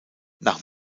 nach